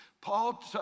Paul